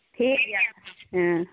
ᱴᱷᱤᱠ ᱜᱮᱭᱟ